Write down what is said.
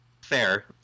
Fair